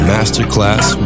Masterclass